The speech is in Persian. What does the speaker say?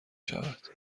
شود